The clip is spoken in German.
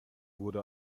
wurde